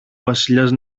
βασιλιάς